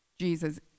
Jesus